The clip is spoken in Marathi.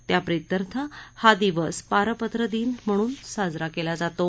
त्याप्रित्यर्थ हा दिवस पारपत्र दिन म्हणून साजरा क्ला जातो